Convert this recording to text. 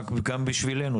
גם בשבילנו,